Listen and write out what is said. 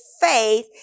faith